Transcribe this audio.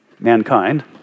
mankind